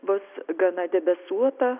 bus gana debesuota